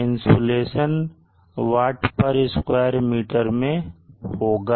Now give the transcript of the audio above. insulation wattsq meter में होगा